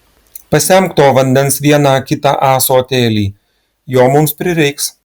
pasemk to vandens vieną kitą ąsotėlį jo mums prireiks